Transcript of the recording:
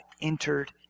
entered